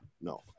No